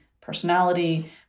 personality